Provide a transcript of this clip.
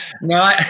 No